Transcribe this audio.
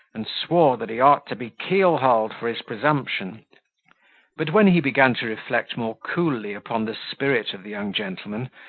and swore that he ought to be keelhauled for his presumption but when he began to reflect more coolly upon the spirit of the young gentleman,